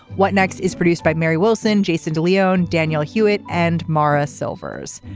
what next is produced by mary wilson jason de leon daniel hewett and mara silvers.